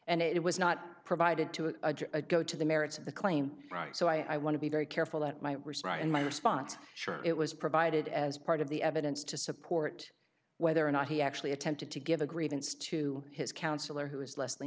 and it was not provided to a go to the merits of the claim right so i want to be very careful that my response and my response sure it was provided as part of the evidence to support whether or not he actually attempted to give a grievance to his counselor who is lesl